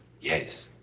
Yes